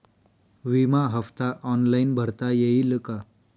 विमा हफ्ता ऑनलाईन भरता येईल का?